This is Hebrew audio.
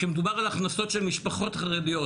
כשמדובר על הכנסות של משפחות חרדיות,